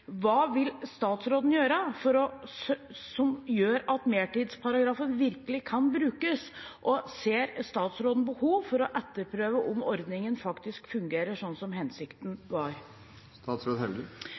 Hva vil statsråden gjøre for at mertidsparagrafen virkelig kan brukes, og ser statsråden behov for å etterprøve om ordningen faktisk fungerer sånn som